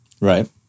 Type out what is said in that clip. right